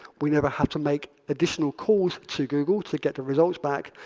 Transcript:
we never have to make additional calls to google to get the results back.